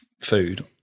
food